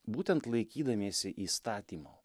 būtent laikydamiesi įstatymo